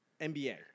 NBA